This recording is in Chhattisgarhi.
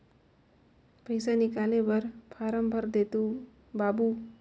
पइसा निकाले बर फारम भर देते बाबु?